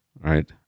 Right